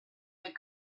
that